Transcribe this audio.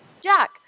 Jack